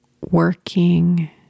working